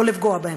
לא לפגוע בהם.